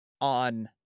on